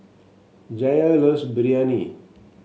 Jair loves Biryani